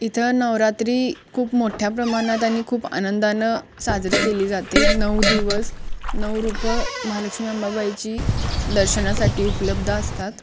इथं नवरात्री खूप मोठ्या प्रमाणात आणि खूप आनंदानं साजरी केली जाते नऊ दिवस नऊ रूपं महालक्ष्मी अंबाबाईची दर्शनासाठी उपलब्ध असतात